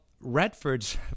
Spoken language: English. Redford's